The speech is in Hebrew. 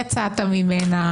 יצאת ממנה.